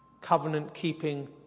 Covenant-keeping